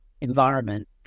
environment